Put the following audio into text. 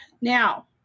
Now